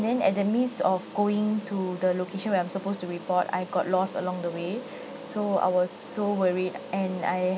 then at the midst of going to the location where I'm supposed to report I got lost along the way so I was so worried and I